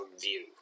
view